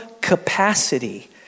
capacity